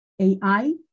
AI